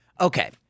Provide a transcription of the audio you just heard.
okay